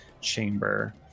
chamber